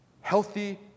healthy